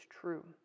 true